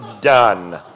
done